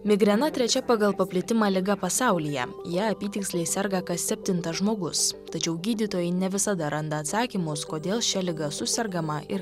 migrena trečia pagal paplitimą liga pasaulyje ja apytiksliai serga kas septintas žmogus tačiau gydytojai ne visada randa atsakymus kodėl šia liga susergama ir